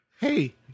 Hey